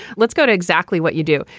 let's go to exactly what you do.